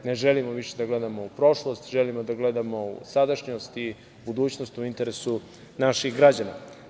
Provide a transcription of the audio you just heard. Ne želimo više da gledamo u prošlost, želimo da gledamo u sadašnjost i u budućnost, u interesu naših građana.